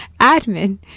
Admin